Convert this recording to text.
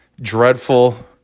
dreadful